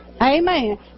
Amen